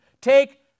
Take